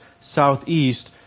southeast